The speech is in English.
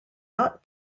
not